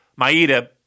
Maeda